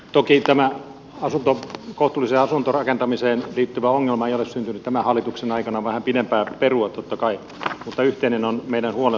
toki tämä kohtuulliseen asuntorakentamiseen liittyvä ongelma ei ole syntynyt tämän hallituksen aikana on vähän pidempää perua totta kai mutta yhteinen on meidän huolemme tänään